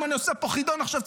אם אני עושה פה חידון עכשיו,